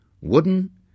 wooden